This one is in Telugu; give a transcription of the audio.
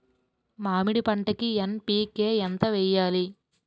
మామిడి పంటకి ఎన్.పీ.కే ఎంత వెయ్యాలి?